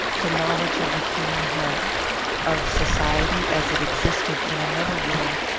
the knowledge of the human heart of society as it existed in another world,